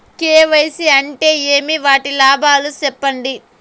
KYC అంటే ఏమి? వాటి లాభాలు సెప్పండి?